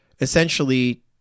essentially